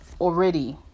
already